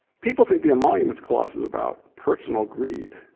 people think the emoluments clause is about personal greed.